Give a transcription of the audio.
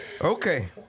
Okay